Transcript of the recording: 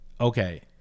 okay